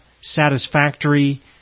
satisfactory